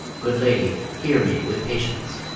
good lady, hear me with patience.